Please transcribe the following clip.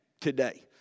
today